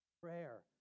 prayer